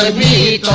me